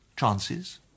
chances